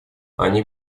они